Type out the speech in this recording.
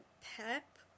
pep